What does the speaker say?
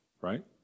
right